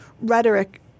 rhetoric